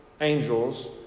angels